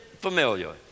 familiar